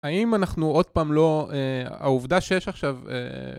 האם אנחנו עוד פעם לא... העובדה שיש עכשיו...